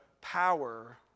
power